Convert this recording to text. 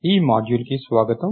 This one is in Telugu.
ఈ మాడ్యూల్కి స్వాగతం